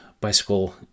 bicycle